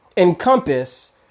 encompass